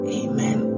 amen